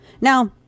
Now